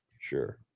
Sure